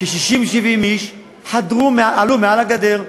70-60 איש חדרו, עלו מעל לגדר.